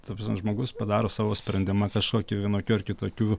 ta prasme žmogus padaro savo sprendimą kažkokį vienokių ar kitokių